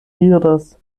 iras